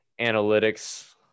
analytics